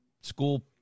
school